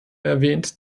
erwähnt